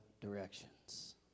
directions